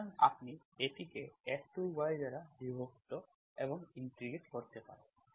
সুতরাং আপনি এটিকে f2y দ্বারা বিভক্ত এবং ইন্টিগ্রেট করতে পারেন